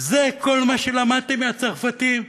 זה כל מה שלמדתם מהצרפתים?